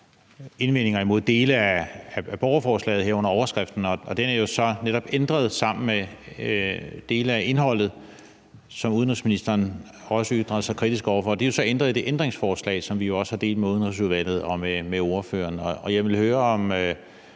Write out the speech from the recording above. indvendinger mod dele af borgerforslaget, herunder overskriften. Den er jo så netop ændret sammen med dele af indholdet – som udenrigsministeren også ytrede sig kritisk over for – i det ændringsforslag, som vi også har delt med Udenrigsudvalget og med ordføreren. Jeg vil høre, om